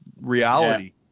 reality